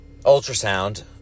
ultrasound